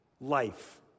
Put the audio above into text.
life